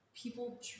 People